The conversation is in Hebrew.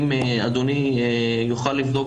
אם אדוני יוכל לבדוק,